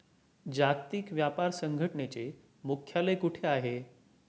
जागतिक व्यापार संघटनेचे मुख्यालय कुठे आहे?